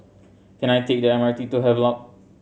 can I take the M R T to Havelock